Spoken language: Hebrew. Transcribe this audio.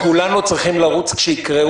יכול להיות שמיקי אחר כך יברח, ואני לא אחכה לו.